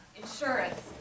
insurance